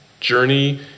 journey